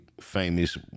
famous